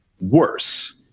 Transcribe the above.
worse